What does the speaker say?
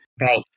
Right